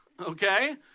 okay